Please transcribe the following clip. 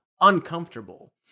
uncomfortable